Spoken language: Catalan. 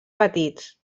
petits